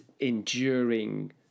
enduring